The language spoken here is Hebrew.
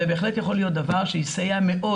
זה בהחלט יכול להיות דבר שייסע מאוד,